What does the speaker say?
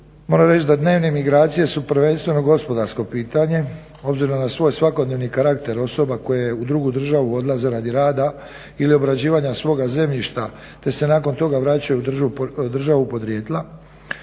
Moram reći da dnevne migracije su prvenstveno gospodarsko pitanje obzirom na svoj svakodnevni karakter osoba koje u drugu državu odlaze radi rada ili obrađivanja svoga zemljišta te se nakon toga vraćaju u državu podrijetla.